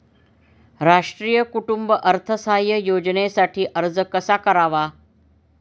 राष्ट्रीय कुटुंब अर्थसहाय्य योजनेसाठी अर्ज कसा करावा?